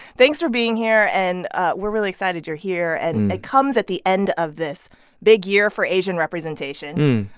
thanks for being here, and we're really excited you're here. and it comes at the end of this big year for asian representation.